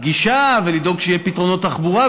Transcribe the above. הגישה ולדאוג שיהיו פתרונות תחבורה,